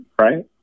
right